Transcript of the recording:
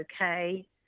okay